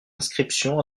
inscription